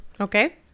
Okay